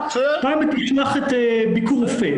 פעם היא תשלח את ביקור רופא.